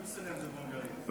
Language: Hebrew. קֶסֶנֶם זה בהונגרית.